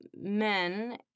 men